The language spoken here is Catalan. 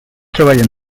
treballa